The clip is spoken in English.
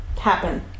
happen